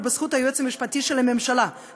בכל השיח פה לא שמעתי מילה אחת על טובת הילד,